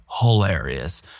hilarious